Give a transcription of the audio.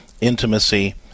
intimacy